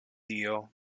tio